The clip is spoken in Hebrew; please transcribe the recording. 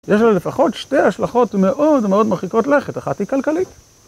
אז יש לנו לפחות שתי השלכות מאוד מאוד מרחיקות לכת, אחת היא כלכלית.